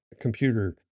computer